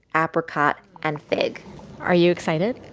apricot and fig are you excited?